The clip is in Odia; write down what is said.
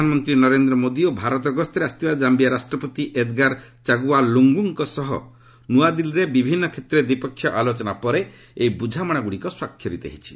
ପ୍ରଧାନମନ୍ତ୍ରୀ ନରେନ୍ଦ୍ର ମୋଦି ଓ ଭାରତ ଗସ୍ତରେ ଆସିଥିବା କାୟିଆ ରାଷ୍ଟ୍ରପତ ଏଦ୍ଗାର ଚଗ୍ୱା ଲୁଙ୍ଗୁଙ୍କ ସହ ନୁଆଦିଲ୍ଲୀରେ ବିଭିନ୍ନ କ୍ଷେତ୍ରରେ ଦ୍ୱିପକ୍ଷୀୟ ଆଲୋଚନା ପରେ ଏହି ବୁଝାମଣାଗୁଡ଼ିକ ସ୍ୱାକ୍ଷରିତ ହୋଇଛି